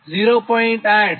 અહીં cos𝛿𝑅 0